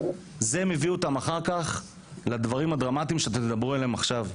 זה מביא אותם אחר כך לדברים הדרמטיים שתדברו עליהם עכשיו,